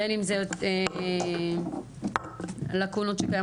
בין אם זה לקונות שקיימות,